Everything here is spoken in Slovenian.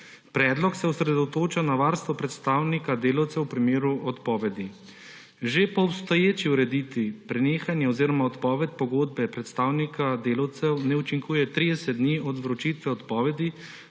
Predlog se osredotoča na varstvo predstavnika delavcev v primeru odpovedi. Že po obstoječi ureditvi prenehanje oziroma odpoved pogodbe predstavnika delavcev ne učinkuje 30 dni od vročitve odpovedi